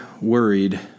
worried